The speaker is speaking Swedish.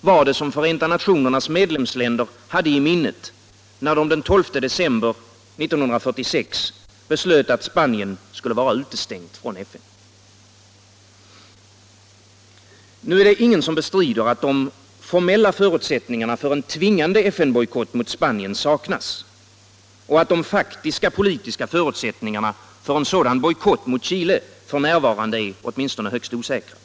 var det som Förenta nationernas medlemsländer hade i minnet, när de den 12 december 1946 beslöt att Spanien skulle vara utestängt från FN. Nu är det ingen som bestrider att de formella förutsättningarna för en tvingande FN-bojkott mot Spanien saknas och att de faktiska politiska förutsättningarna för en sådan bojkott mot Chile f. n. är åtminstone högst osäkra.